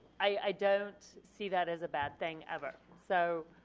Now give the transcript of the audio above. i don't see that as a bad thing ever. so